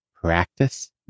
Practice